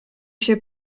się